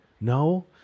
no